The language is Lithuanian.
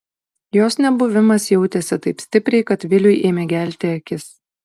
jos nebuvimas jautėsi taip stipriai kad viliui ėmė gelti akis